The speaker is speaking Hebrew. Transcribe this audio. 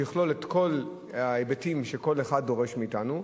שיכלול את כל ההיבטים שכל אחד דורש מאתנו,